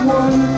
one